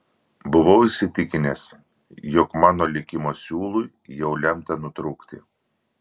buvau įsitikinęs jog mano likimo siūlui jau lemta nutrūkti